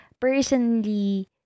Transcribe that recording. personally